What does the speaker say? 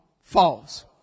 false